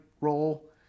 role